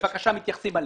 מתייחסים אליהן.